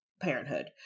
Parenthood